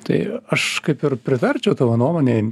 tai aš kaip ir pritarčiau tavo nuomonei